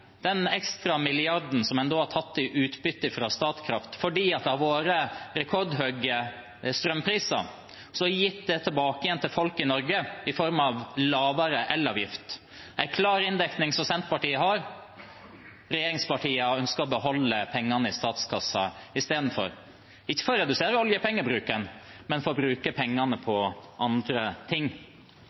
den ekstra milliarden som en har tatt i utbytte fra Statkraft fordi det har vært rekordhøye strømpriser, og gitt den tilbake til folk i Norge i form av lavere elavgift. Dette er en klar inndekning som Senterpartiet har. Regjeringspartiene ønsker å beholde pengene i statskassen istedenfor, ikke for å redusere oljepengebruken, men for å bruke pengene på andre ting.